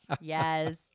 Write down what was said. Yes